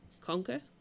conquer